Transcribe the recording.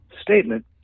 statement